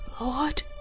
Lord